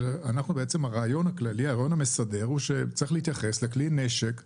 הרעיון המסדר הוא שצריך להתייחס לכלי נשק כזה,